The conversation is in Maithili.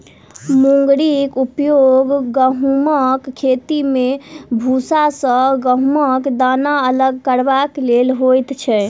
मुंगरीक उपयोग गहुमक खेती मे भूसा सॅ गहुमक दाना अलग करबाक लेल होइत छै